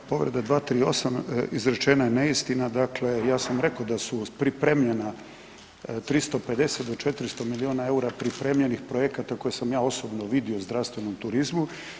Pa povreda 238., izrečena je neistina, dakle ja sam rekao da su pripremljena 350 do 400 miliona EUR-a pripremljenih projekata koje sam ja osobno vidio u zdravstvenom turizmu.